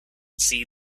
see